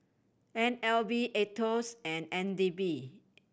N L B Aetos and N D P